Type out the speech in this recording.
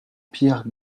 pierre